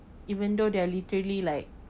even though they are literally like